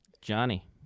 johnny